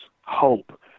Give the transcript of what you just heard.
hope